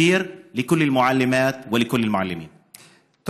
אם תזלזל ברופא תיאלץ להחזיק מעמד מול המחלה שלך,